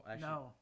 No